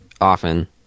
often